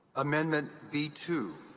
amendment b two.